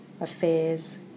affairs